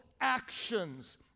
actions